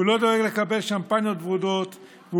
הוא לא דואג לקבל שמפניות ורודות,